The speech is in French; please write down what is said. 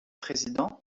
président